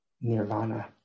nirvana